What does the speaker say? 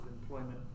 employment